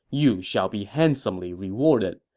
you shall be handsomely rewarded.